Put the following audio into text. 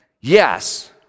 Yes